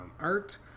art